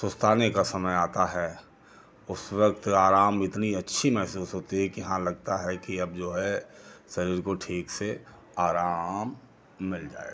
सुस्ताने का समय आता है उस वक्त आराम इतनी अच्छी महसूस होती है कि हाँ लगता है कि अब जो है शरीर को ठीक से आराम मिल जाएगा